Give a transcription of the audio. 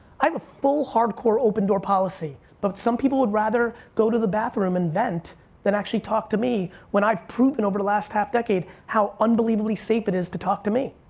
i have a full, hardcore open-door policy but some people would rather go to the bathroom and vent than actually talk to me, when i've proven over the last half decade how unbelievably safe it is to talk to me.